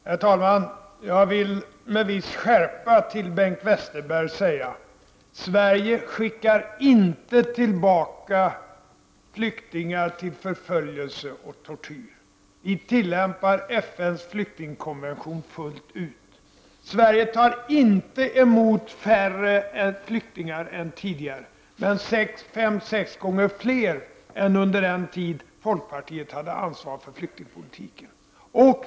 Herr talman! Jag vill med viss skärpa säga till Bengt Westerberg att Sverige inte skickar tillbaka flyktingar till förföljelse och tortyr. Vi tillämpar FN:s flyktingkonvention fullt ut. Sverige tar inte emot färre flyktingar än tidigare, utan fem, sex gånger fler än under den tid folkpartiet hade ansvar för flyktingpolitiken.